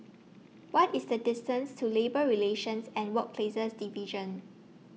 What IS The distance to Labour Relations and Workplaces Division